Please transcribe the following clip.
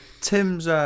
Tim's